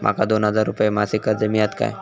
माका दोन हजार रुपये मासिक कर्ज मिळात काय?